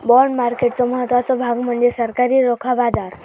bond मार्केटचो महत्त्वाचो भाग म्हणजे सरकारी रोखा बाजार